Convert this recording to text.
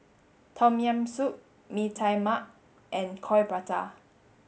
Tom Yam soup Mee Tai Mak and Coin Prata